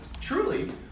Truly